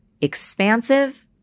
expansive